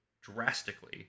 drastically